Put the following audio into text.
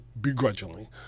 begrudgingly